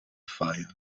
fire